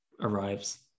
arrives